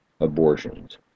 abortions